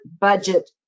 budget